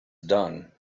done